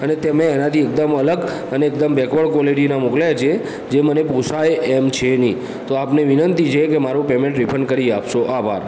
અને તમે એનાથી એકદમ અલગ અને એકદમ બેકવડ ક્વોલિટીના મોકલ્યા છે જે મને પોસાય એમ છે ની તો આપને વિનંતી છે કે મારું પેેમેન્ટ રિફંડ કરી આપશો આભાર